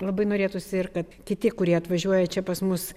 labai norėtųsi ir kad kiti kurie atvažiuoja čia pas mus